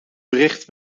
bericht